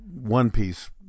one-piece